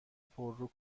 پرو